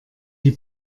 die